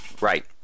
Right